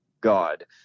God